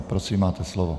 Prosím, máte slovo.